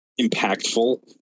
impactful